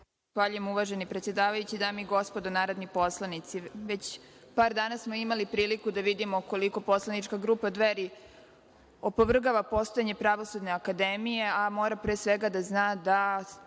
Zahvaljujem uvaženi predsedavajući. Dame i gospodo, narodni poslanici, već par dana smo imali priliku da vidimo koliko poslanička grupa Dveri opovrgava postojanje Pravosudne akademije, a mora pre svega da zna da